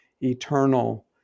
eternal